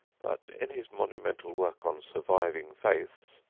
but in his monumental work on surviving faiths,